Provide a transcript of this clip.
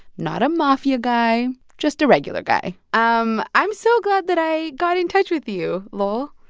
not a mafia guy, just a regular guy um i'm so glad that i got in touch with you, lowell